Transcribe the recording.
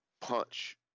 punch